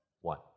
one